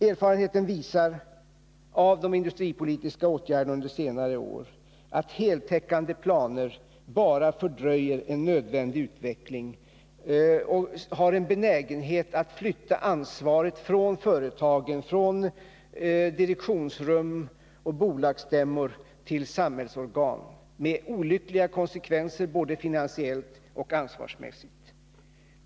Erfarenheten av de industripolitiska åtgärderna under senare år visar att heltäckande planer bara fördröjer en nödvändig utveckling och att de har en benägenhet att flytta ansvaret från företagen, från direktionsrum och bolagsstämmor. till samhällsorgan, vilket får olyckliga konsekvenser både finansiellt och ansvarsmässigt.